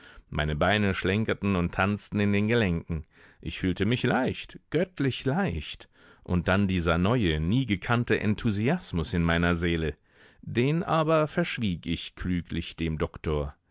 meine beine schlenkerten und tanzten in den gelenken ich fühlte mich leicht göttlich leicht und dann dieser neue nie gekannte enthusiasmus in meiner seele den aber verschwieg ich klüglich dem doktor